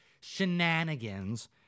shenanigans